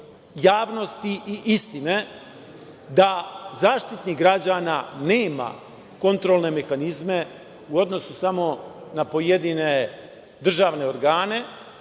javnosti i istine da Zaštitnik građana nema kontrolne mehanizme u odnosu samo na pojedine državne organe.